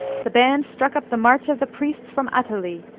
the band struck up the march of the priests from athalie,